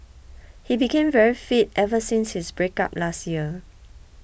he became very fit ever since his breakup last year